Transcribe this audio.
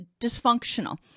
dysfunctional